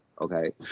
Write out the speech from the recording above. Okay